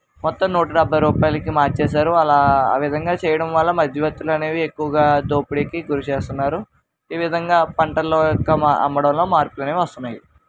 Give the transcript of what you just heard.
మొత్తం నూట డెబ్బై రూపాయలకి మార్చేసారు అలా ఆ విధంగా చేయడం వల్ల మధ్యవర్తులు అనేవి ఎక్కువగా దోపిడీకి గురి చేస్తున్నారు ఈ విధంగా పంటలు యొక్క అమ్మడంలో మార్పులు అనేవి వస్తున్నాయి